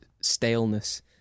staleness